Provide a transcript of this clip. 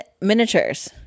Miniatures